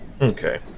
Okay